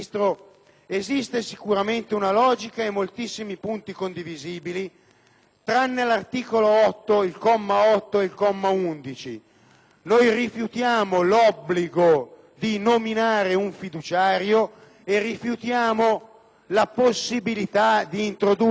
per quelli riportati ai numeri 8 e 11. Infatti, noi rifiutiamo l'obbligo di nominare un fiduciario, così come rifiutiamo la possibilità di introdurre nelle disposizioni anticipate di trattamento l'idratazione e l'alimentazione.